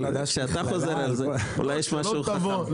אבל כשאתה חוזר על זה, אולי יש משהו חכם.